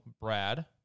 Brad